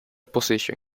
position